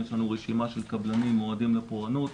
יש לנו רשימה של קבלנים מועדים לפורענות,